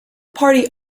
party